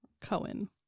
Cohen